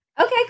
Okay